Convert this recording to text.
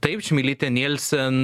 taip čmilytė nielsen